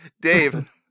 Dave